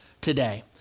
today